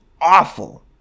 awful